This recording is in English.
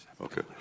Okay